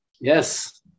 Yes